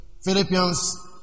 Philippians